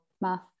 math